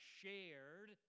shared